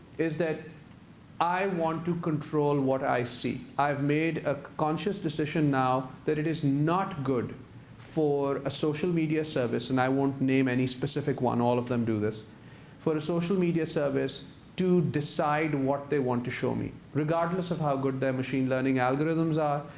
is that i want to control what i see. i've made a conscious decision now that it is not good for a social media service, and i won't name any specific one all of them do this for a social media service to decide what they want to show me, regardless of how good their machine learning algorithms are,